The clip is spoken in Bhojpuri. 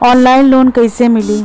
ऑनलाइन लोन कइसे मिली?